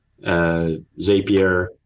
Zapier